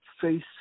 face